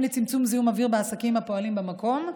לצמצום זיהום אוויר בעסקים הפועלים במקום.